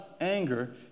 anger